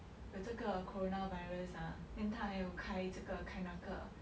有这个 coronavirus ah then 他还有开这个开那个